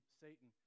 Satan